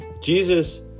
Jesus